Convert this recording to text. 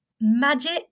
magic